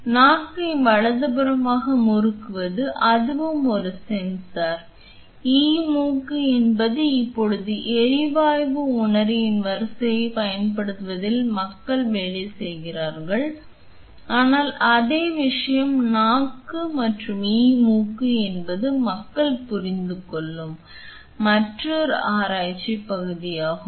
எனவே நாக்கை வலதுபுறமாக முறுக்குவது அதுவும் ஒரு சென்சார் e மூக்கு என்பது இப்போது எரிவாயு உணரியின் வரிசையைப் பயன்படுத்துவதில் மக்கள் வேலை செய்கிறார்கள் ஆனால் அதே விஷயம் நாக்கு மற்றும் e நாக்கு என்பது மக்கள் புரிந்து கொள்ளும் மற்றொரு ஆராய்ச்சி பகுதியாகும்